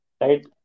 Right